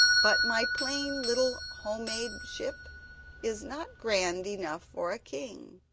but my plain little home-made ship is not grand enough for a king.